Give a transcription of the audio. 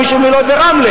או ממישהו מלוד ורמלה,